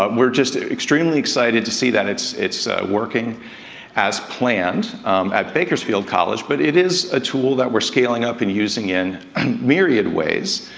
but we're just extremely excited to see that it's it's working as planned at bakersfield college, but it is a tool that we're scaling up and using in a um myriad ways.